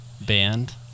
band